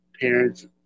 parents